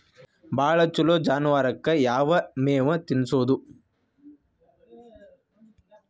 ಭಾಳ ಛಲೋ ಜಾನುವಾರಕ್ ಯಾವ್ ಮೇವ್ ತಿನ್ನಸೋದು?